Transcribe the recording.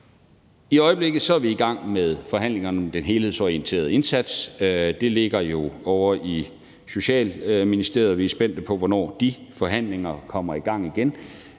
I øjeblikket er vi i gang med forhandlingerne om den helhedsorienterede indsats, som jo ligger ovre i Socialministeriet, og vi er spændte på, hvornår de forhandlinger kommer i gang igen,